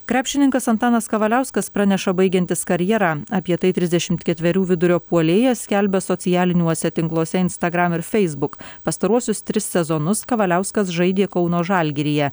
krepšininkas antanas kavaliauskas praneša baigiantis karjerą apie tai trisdešimt ketverių vidurio puolėjas skelbia socialiniuose tinkluose instagram ir feisbuk pastaruosius tris sezonus kavaliauskas žaidė kauno žalgiryje